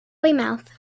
weymouth